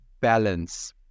balance